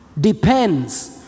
depends